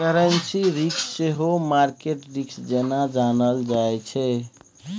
currency risk सेहो market risk जेना जानल जाइ छै